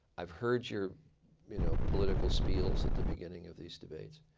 i've heard your you know political spiels at the beginning of these debates.